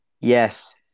Yes